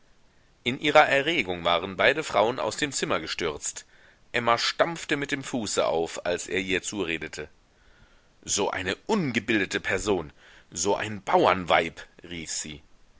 in ihrer erregung waren beide frauen aus dem zimmer gestürzt emma stampfte mit dem fuße auf als er ihr zuredete so eine ungebildete person so ein bauernweib rief sie